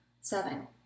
Seven